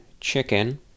chicken